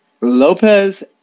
Lopez